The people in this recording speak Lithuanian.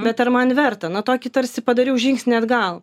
bet ar man verta na tokį tarsi padariau žingsnį atgal